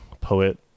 poet